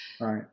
Right